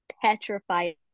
petrified